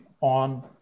on